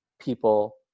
people